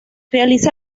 realiza